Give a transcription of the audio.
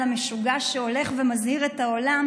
המשוגע שהולך ומזהיר את העולם,